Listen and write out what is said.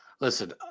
Listen